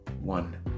One